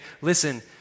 listen